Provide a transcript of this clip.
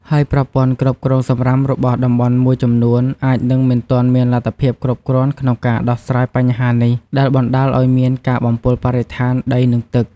ហើយប្រព័ន្ធគ្រប់គ្រងសំរាមរបស់តំបន់មួយចំនួនអាចនឹងមិនទាន់មានលទ្ធភាពគ្រប់គ្រាន់ក្នុងការដោះស្រាយបញ្ហានេះ ដែលបណ្តាលឱ្យមានការបំពុលបរិស្ថាន ដី និងទឹក។